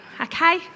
okay